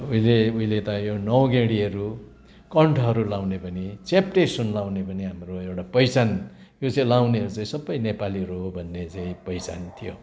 उहिले उहिले त यो नौगेँडीहरू कण्ठहरू लाउने पनि चेप्टेसुन लाउने पनि हाम्रो एउटा पहिचान यो चाहिँ लाउनेहरू चाहिँ सबै नेपालीहरू हो भन्ने चाहिँ पहिचान थियो